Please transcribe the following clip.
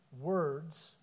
Words